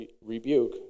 rebuke